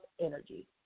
energy